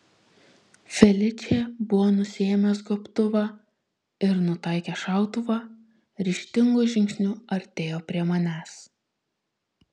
feličė buvo nusiėmęs gobtuvą ir nutaikęs šautuvą ryžtingu žingsniu artėjo prie manęs